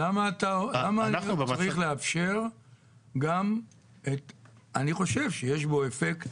למה צריך לאפשר גם את, אני חושב שיש בו אפקט